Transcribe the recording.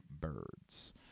birds